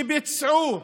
שביצעו